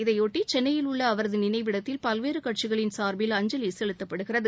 இதையொட்டி சென்னையில் உள்ள அவரது நினைவிடத்தில் பல்வேறு கட்சிகளின் சார்பில் அஞ்சலி செலுத்தப்படுகிறது